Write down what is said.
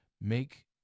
make